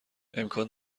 امکان